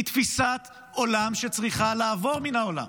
היא תפיסת עולם שצריכה לעבור מן העולם.